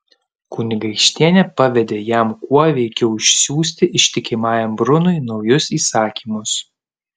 kunigaikštienė pavedė jam kuo veikiau išsiųsti ištikimajam brunui naujus įsakymus